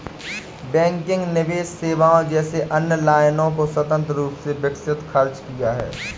banking निवेश सेवाओं जैसी अन्य लाइनों को स्वतंत्र रूप से विकसित खर्च किया है